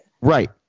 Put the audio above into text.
Right